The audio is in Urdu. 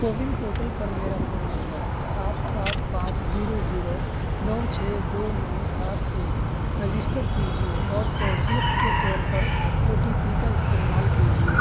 کوون پورٹل پر میرا فون نمبر سات سات پانچ زیرو زیرو نو چھ دو نو سات ایک رجسٹر کیجیے اور توثیق کے طور پر او ٹی پی کا استعمال کیجیے